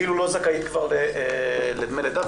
כאילו לא זכאית כבר לדמי לידה,